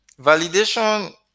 Validation